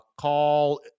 call